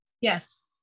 Yes